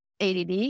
ADD